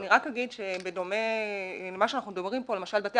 אני רק אגיד שבדומה למה שאנחנו מדברים פה למשל בתי